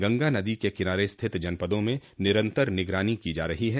गंगा नदी के किनारे स्थित जनपदों में निरंतर निगरानो की जा रही है